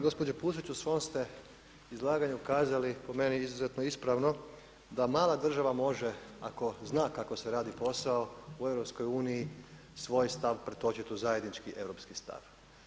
Gospođo Pusić u svom ste izlaganju kazali po meni izuzetno ispravno, da mala država može ako zna kako se radi posao u EU svoj stav pretočiti u zajednički europski stav.